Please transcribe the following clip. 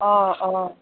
অঁ অঁ